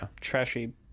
trashy